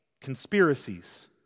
Conspiracies